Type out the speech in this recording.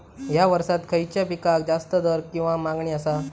हया वर्सात खइच्या पिकाक जास्त दर किंवा मागणी आसा?